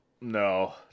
No